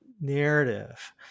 narrative